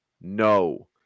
No